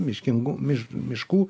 miškingų miš miškų